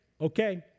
Okay